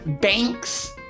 Banks